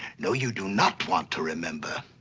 no, you do not want to remember.